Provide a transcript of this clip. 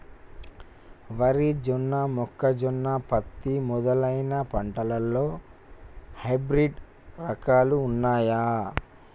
వరి జొన్న మొక్కజొన్న పత్తి మొదలైన పంటలలో హైబ్రిడ్ రకాలు ఉన్నయా?